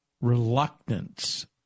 reluctance